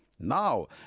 Now